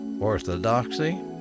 orthodoxy